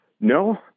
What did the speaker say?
No